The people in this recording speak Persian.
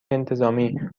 انتظامی